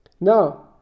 Now